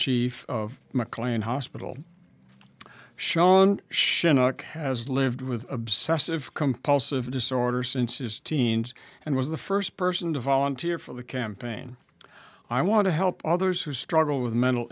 chief of mclean hospital shawn shinnick has lived with obsessive compulsive disorder since his teens and was the first person to volunteer for the campaign i want to help others who struggle with mental